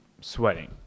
sweating